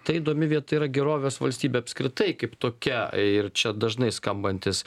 ta įdomi vieta yra gerovės valstybė apskritai kaip tokia ir čia dažnai skambantis